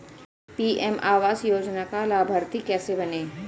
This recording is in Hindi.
पी.एम आवास योजना का लाभर्ती कैसे बनें?